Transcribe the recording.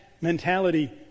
mentality